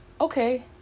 Okay